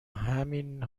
همین